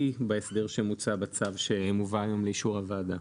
בהסדר שמוצע בצו שמובא היום לאישור הוועדה.